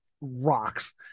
rocks